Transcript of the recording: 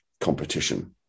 competition